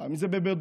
לפעמים זה בבודדות,